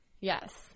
Yes